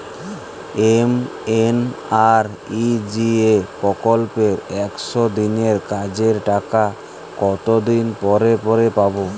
MNREGA প্রকল্পে একশ দিনের কাজের টাকা কতদিন পরে পরে পাব?